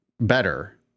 better